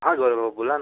हा गौरव भाऊ बोला ना